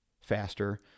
faster